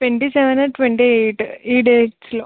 twenty seven twenty eight ఈ డేట్లో